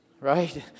Right